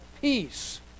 peace